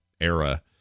era